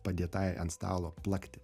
padėtai ant stalo plakti